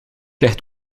ligt